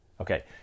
okay